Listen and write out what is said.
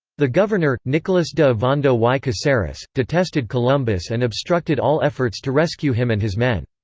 the governor, nicolas de ovando y caceres, detested columbus and obstructed all efforts to rescue him and his men.